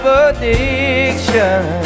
addiction